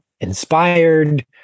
inspired